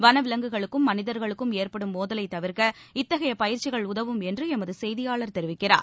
வளவிலங்குகளுக்கும் மனிதர்களுக்கும் ஏற்படும் மோதலை தவிர்க்க இத்தகைய பயிற்சிகள் உதவும் என்று எமது செய்தியாளர் தெரிவிக்கிறார்